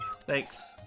Thanks